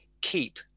keep